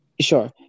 sure